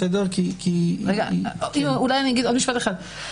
אני אגיד רק עוד משפט אחד.